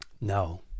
No